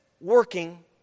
working